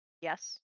Yes